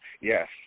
yes